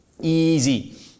Easy